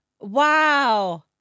Wow